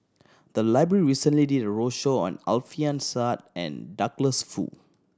the library recently did a roadshow on Alfian Sa'at and Douglas Foo